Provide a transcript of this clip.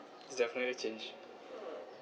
it's definitely change